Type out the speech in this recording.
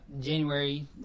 January